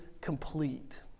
complete